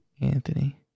Anthony